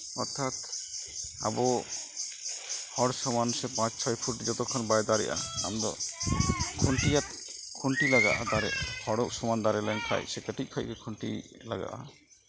ᱚᱨᱛᱷᱟᱛ ᱟᱵᱚ ᱦᱚᱲ ᱥᱚᱢᱟᱱ ᱥᱮ ᱯᱟᱸᱪ ᱪᱷᱚᱭ ᱯᱷᱩᱴ ᱡᱚᱛᱚ ᱠᱷᱚᱱ ᱵᱟᱭ ᱫᱟᱲᱮᱜᱼᱟ ᱟᱢᱫᱚ ᱠᱷᱩᱱᱴᱤ ᱠᱷᱩᱱᱴᱤ ᱞᱟᱜᱟᱜᱼᱟ ᱦᱚᱲ ᱥᱚᱢᱟᱱ ᱫᱟᱨᱮ ᱞᱮᱱᱷᱟᱱ ᱥᱮ ᱠᱟᱹᱴᱤᱡ ᱠᱷᱚᱱᱜᱮ ᱠᱷᱩᱱᱴᱤ ᱞᱟᱜᱟᱜᱼᱟ